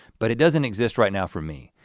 but it doesn't exist right now for me.